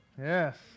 Yes